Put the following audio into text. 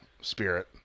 spirit